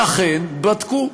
ואכן בדקו.